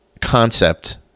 concept